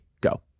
go